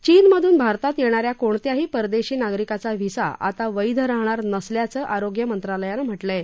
चीनमधून भारतात येणाऱ्या कोणत्याही प्रदेशी नागरिकाचा व्हिसा आता वैध राहणार नसल्याचंही आरोग्य मंत्रालयानं म्हटलं आहे